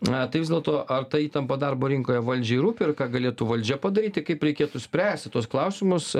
na tai vis dėlto ar ta įtampa darbo rinkoje valdžiai rūpi ir ką galėtų valdžia padaryti kaip reikėtų spręsti tuos klausimus